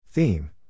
Theme